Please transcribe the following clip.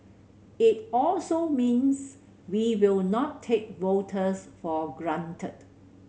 it also means we will not take voters for granted